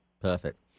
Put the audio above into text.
Perfect